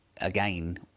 again